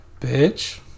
bitch